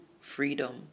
freedom